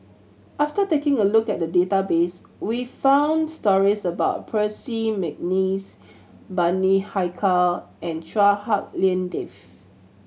after taking a look at the database we found stories about Percy McNeice Bani Haykal and Chua Hak Lien Dave